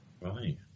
Right